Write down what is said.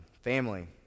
family